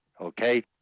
okay